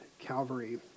Calvary